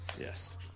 yes